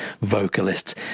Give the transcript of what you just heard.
vocalists